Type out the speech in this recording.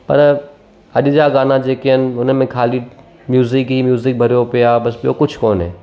पर अॼु जा गाना जेके आहिनि उन में ख़ाली म्यूज़िक ई म्यूज़िक भरियो पियो आहे बसि ॿियो कुझु कोन्हे